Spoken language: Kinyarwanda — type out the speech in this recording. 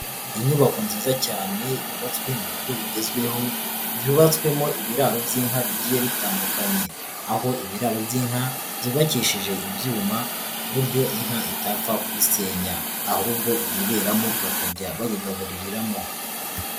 Inyubako nziza cyane yubatswe mu buryo bugezweho, yubatswemo ibiraro by'inka bigiye bitandukanye. Aho ibiraro by'inka byubakishije ibyuma ku buryo inka itapfa kubisenya, ahubwo yiberamo bakajya bayigabuririramo.